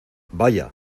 vaya